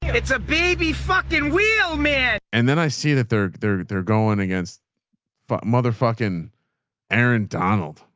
it's a baby fucking wheel, man. and then i see that they're there. they're going against motherfucking aaron, donald.